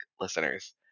listeners